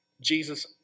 Jesus